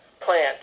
plant